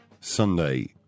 Sunday